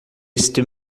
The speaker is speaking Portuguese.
este